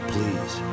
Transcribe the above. Please